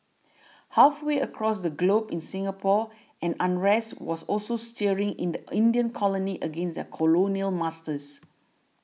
halfway across the globe in Singapore an unrest was also stirring in the Indian colony against their colonial masters